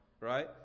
right